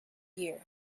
year